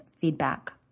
feedback